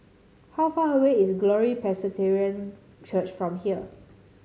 how far away is Glory Presbyterian Church from here